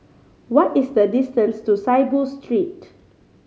what is the distance to Saiboo Street